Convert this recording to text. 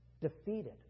defeated